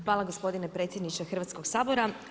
Hvala gospodine predsjedniče Hrvatskoga sabora.